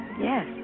Yes